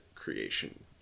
creation